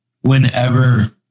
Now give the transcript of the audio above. whenever